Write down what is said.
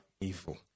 evil